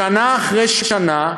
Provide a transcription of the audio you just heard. שנה אחרי שנה,